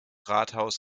rathaus